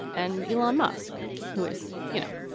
and elon musk, who is, you know,